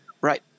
Right